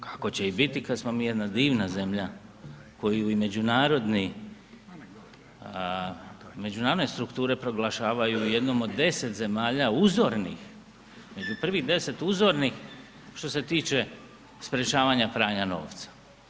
Kako će i biti kad smo mi jedna divna zemlja koju i međunarodne strukture proglašavaju jednom od 10 zemalja uzornih, među prvih 10 uzornih što se tiče sprečavanja pranja novca.